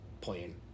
playing